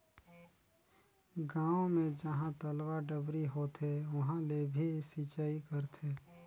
गांव मे जहां तलवा, डबरी होथे उहां ले भी सिचई करथे